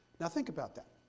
now think about that.